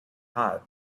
hot